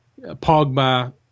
Pogba